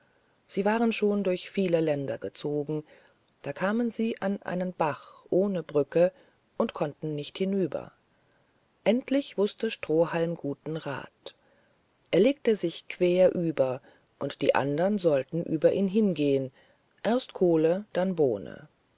sie waren schon durch viele länder gezogen da kamen sie an einen bach ohne brücke und konnten nicht hinüber endlich wußte strohhalm guten rath er legte sich quer über und die andern sollten über ihn hingehen erst kohle dann bohne